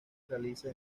realiza